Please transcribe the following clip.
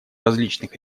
различных